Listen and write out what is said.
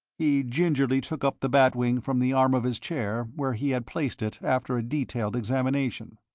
he gingerly took up the bat wing from the arm of his chair where he had placed it after a detailed examination.